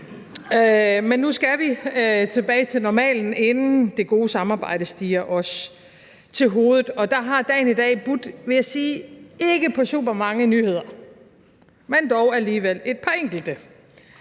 men nu skal vi tilbage til normalen, inden det gode samarbejde stiger os til hovedet, og der har dagen i dag budt – vil jeg sige – ikke på supermange nyheder, men dog alligevel et par enkelte.